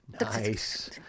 nice